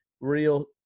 real